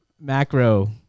macro